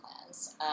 plans